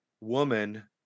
woman